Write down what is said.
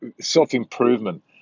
self-improvement